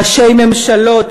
ראשי ממשלות,